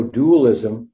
dualism